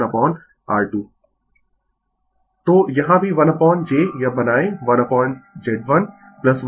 Refer Slide Time 2725 तो यहाँ भी 1 अपोन j यह बनायें 1 अपोन z1 1 अपोन z2